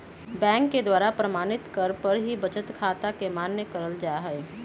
bank के द्वारा प्रमाणित करे पर ही बचत खाता के मान्य कईल जाहई